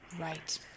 Right